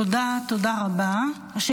תודה, תודה רבה.